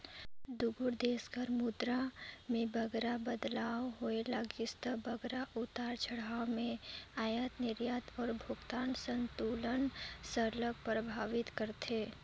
दुगोट देस कर मुद्रा में बगरा बदलाव होए लगिस ता बगरा उतार चढ़ाव में अयात निरयात अउ भुगतान संतुलन ल सरलग परभावित करथे